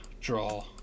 draw